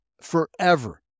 forever